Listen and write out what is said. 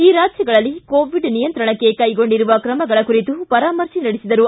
ಈ ರಾಜ್ಯಗಳಲ್ಲಿ ಕೋವಿಡ್ ನಿಯಂತ್ರಣಕ್ಕೆ ಕೈಗೊಂಡಿರುವ ತ್ರಮಗಳ ಕುರಿತು ಪರಾಮರ್ಶೆ ನಡೆಸಿದರು